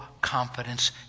confidence